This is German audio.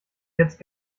jetzt